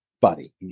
buddy